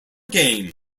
game